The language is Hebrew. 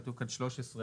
כתוב כאן 13 בטעות,